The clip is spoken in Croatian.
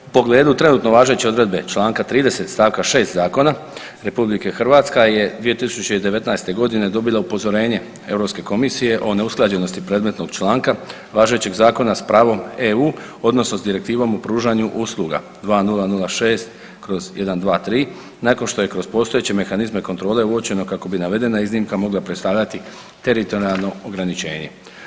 U pogledu trenutno važeće odredbe Članka 30. stavka 6. zakona RH je 2019. dobila upozorenje Europske komisije o neusklađenosti predmetnog članka važećeg zakona s pravom EU odnosno s Direktivom u pružanju usluga 2006/123 nakon što je kroz postojeće mehanizme kontrole uočeno kako bi navedena iznimka mogla predstavljati teritorijalno ograničenje.